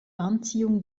anziehung